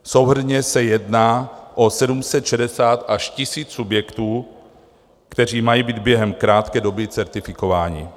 Souhrnně se jedná o 760 až 1 000 subjektů, které mají být během krátké doby certifikovány.